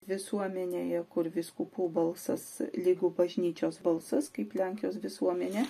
visuomenėje kur vyskupų balsas lygu bažnyčios balsas kaip lenkijos visuomenė